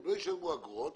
הם לא ישלמו אגרות,